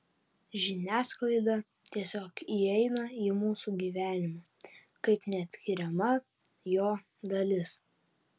žiniasklaida tiesiog įeina į mūsų gyvenimą kaip neatskiriama jo dalis